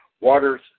Waters